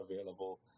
available